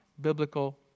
biblical